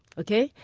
ok?